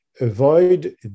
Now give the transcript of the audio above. avoid